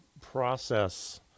process